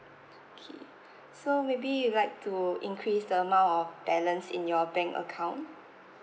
okay so maybe you'll like to increase the amount of balance in your bank account